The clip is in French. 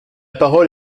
parole